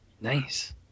Nice